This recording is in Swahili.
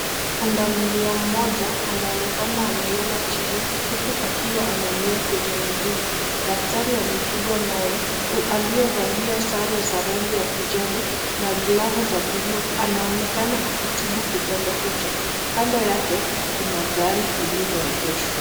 Pundamilia mmoja anaonekana amelala chini huku akiwa ameumia kwenye mguu. Daktari wa mifugo naye aliyevalia sare za rangi ya kijani na glavu za bluu anaonekana akitibu kidonda hicho. Kando yake kuna gari lililoegeshwa.